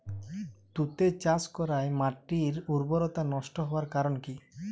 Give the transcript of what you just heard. তুতে চাষ করাই মাটির উর্বরতা নষ্ট হওয়ার কারণ কি?